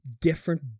different